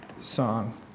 song